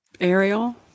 Ariel